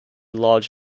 large